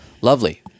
Lovely